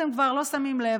אתם כבר לא שמים לב,